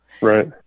Right